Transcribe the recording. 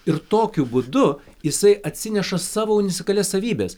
ir tokiu būdu jisai atsineša savo unisikalias savybes